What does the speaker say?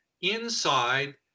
inside